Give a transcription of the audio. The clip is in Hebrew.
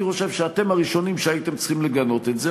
אני חושב שאתם הראשונים שהייתם צריכים לגנות את זה,